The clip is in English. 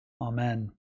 Amen